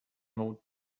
about